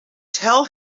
tell